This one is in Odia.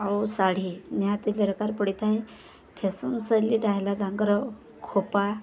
ଆଉ ଶାଢ଼ୀ ନିହାତି ଦରକାର ପଡ଼ିଥାଏ ଫ୍ୟାସନ୍ ଶୈଳୀଟା ହେଲା ତାଙ୍କର ଖୋପା